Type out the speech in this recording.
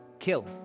Kill